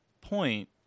point